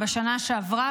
בשנה שעברה,